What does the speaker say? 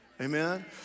amen